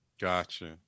Gotcha